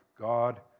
God